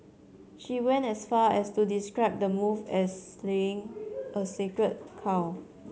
she went as far as to describe the move as slaying of a sacred cow